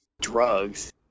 drugs